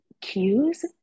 cues